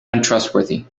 untrustworthy